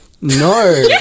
No